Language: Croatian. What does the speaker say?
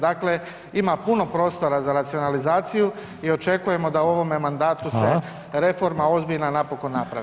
Dakle, ima puno prostora za racionalizaciju i očekujemo da u ovome mandatu se reforma ozbiljna napokon napravi.